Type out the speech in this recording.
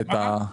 רגע,